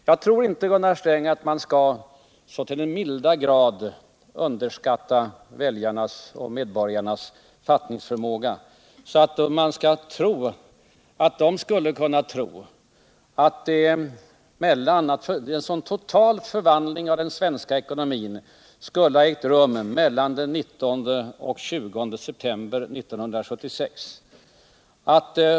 Jag tror inte, Gunnar Sträng, att man så till den milda grad skall underskatta väljarnas och medborgarnas fattningsförmåga att man inbillar sig att de skulle tro att en total förvandling av den svenska ekonomin ägt rum mellan den 19 och den 20 september 1976.